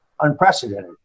unprecedented